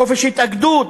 חופש התאגדות,